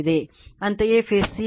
ಅಂತೆಯೇ face c ಗೆ 100 ಕೋನ 120 6 j 8